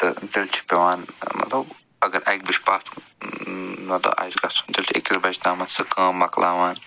تہٕ تیٚلہِ چھِ پٮ۪وان مطلب اگر اَکہِ بَجہِ پتھ کُن مطلب آسہِ گژھُن تیٚلہِ چھِ أکِس بَجہِ تامَتھ سُہ کٲم مَکلاوان